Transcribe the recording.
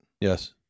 Yes